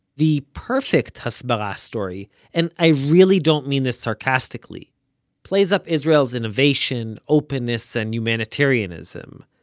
the perfect hasbara story and i really don't mean this sarcastically plays up israel's innovation, openness and humanitarianism.